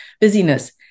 busyness